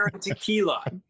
tequila